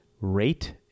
rate